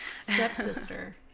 stepsister